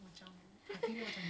okay okay okay